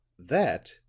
that,